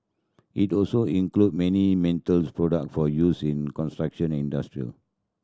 it also include many metals product for use in construction and industrial